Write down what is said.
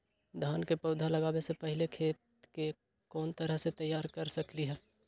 धान के पौधा लगाबे से पहिले खेत के कोन तरह से तैयार कर सकली ह?